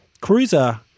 Cruiser